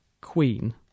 queen